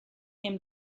him